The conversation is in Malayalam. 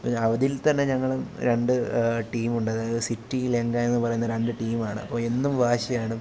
ഇപ്പം അവധിയിൽ തന്നെ ഞങ്ങൾ രണ്ട് ടീം ഉണ്ടായിരുന്നു അതായത് സിറ്റി ലങ്ക എന്ന് പറയുന്ന രണ്ട് ടീമാണ് അപ്പോൾ എന്നും വാശിയാണ്